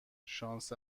شانس